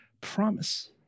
promise